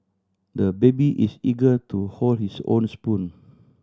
the baby is eager to hold his own spoon